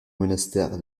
monastère